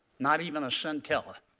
not even a scintilla.